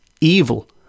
evil